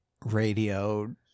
radio